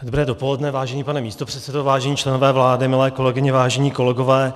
Dobré dopoledne, vážený pane místopředsedo, vážení členové vlády, milé kolegyně, vážení kolegové.